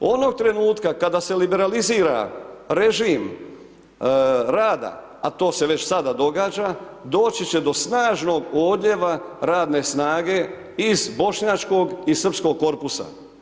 Onog trenutka kada se liberalizira režim rada a to se već sada događa doći će do snažnog odljeva radne snage iz bošnjačkog i srpskog korpusa.